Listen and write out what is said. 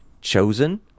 chosen